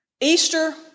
Easter